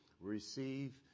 receive